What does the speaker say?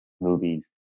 movies